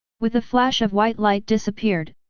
with a flash of white light disappeared,